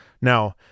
Now